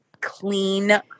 clean